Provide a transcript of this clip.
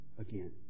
again